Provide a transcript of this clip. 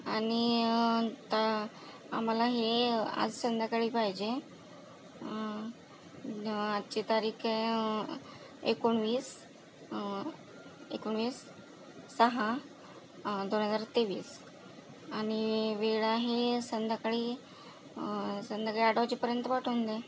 आणि आता आम्हाला हे आज संध्याकाळी पाहिजे आजची तारीख आहे एकोणीस एकोणीस सहा दोन हजार तेवीस आणि वेळ आहे संध्याकाळी संध्याकाळी आठ वाजेपर्यंत पाठवून दे